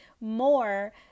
more